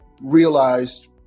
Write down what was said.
realized